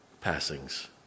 passings